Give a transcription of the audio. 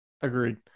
agreed